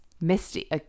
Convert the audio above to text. misty